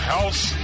House